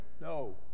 No